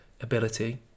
ability